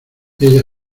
ella